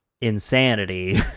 insanity